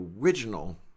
original